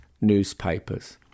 newspapers